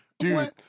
Dude